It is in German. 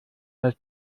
als